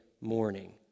morning